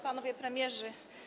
Panowie Premierzy!